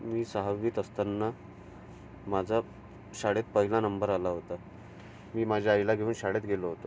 मी सहावीत असताना माझा शाळेत पहिला नंबर आला होता मी माझ्या आईला घेऊन शाळेत गेलो होतो